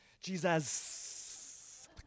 Jesus